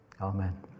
amen